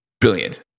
Brilliant